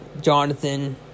Jonathan